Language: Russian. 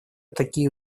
такие